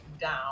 down